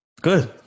Good